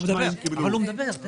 הוא מדבר על העיקולים,